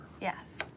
Yes